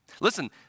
Listen